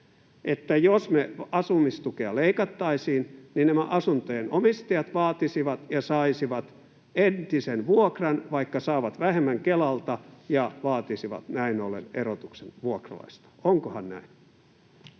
jos me asumistukea leikattaisiin, nämä asuntojen omistajat vaatisivat ja saisivat entisen vuokran, vaikka saavat vähemmän Kelalta, ja vaatisivat näin ollen erotuksen vuokralaiselta? Onkohan näin?